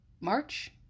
March